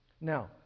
Now